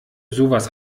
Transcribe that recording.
sowas